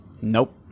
Nope